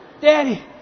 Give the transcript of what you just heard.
Daddy